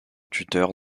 tuteur